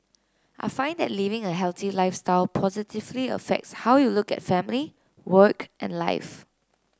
I find that living a healthy lifestyle positively affects how you look at family work and life